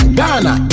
Ghana